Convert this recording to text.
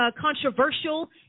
controversial